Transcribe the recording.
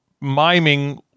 miming